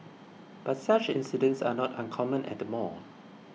but such incidents are not uncommon at the mall